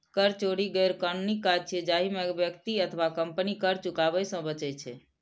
कर चोरी गैरकानूनी काज छियै, जाहि मे व्यक्ति अथवा कंपनी कर चुकाबै सं बचै छै